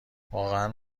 واقعا